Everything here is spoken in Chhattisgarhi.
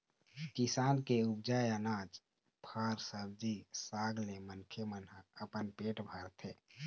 किसान के उपजाए अनाज, फर, सब्जी साग ले मनखे मन ह अपन पेट भरथे